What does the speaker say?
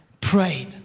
prayed